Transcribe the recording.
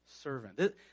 servant